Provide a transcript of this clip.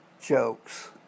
jokes